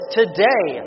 today